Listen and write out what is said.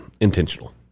intentional